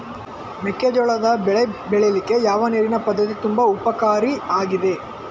ಮೆಕ್ಕೆಜೋಳದ ಬೆಳೆ ಬೆಳೀಲಿಕ್ಕೆ ಯಾವ ನೀರಿನ ಪದ್ಧತಿ ತುಂಬಾ ಉಪಕಾರಿ ಆಗಿದೆ?